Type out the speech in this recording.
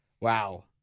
Wow